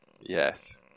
Yes